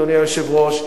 אדוני היושב-ראש,